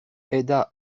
aida